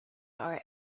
are